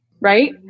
right